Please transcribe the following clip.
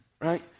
Right